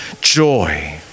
joy